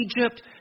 Egypt